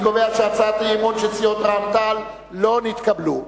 אני קובע שהצעת האי-אמון של סיעות רע"ם-תע"ל לא נתקבלה.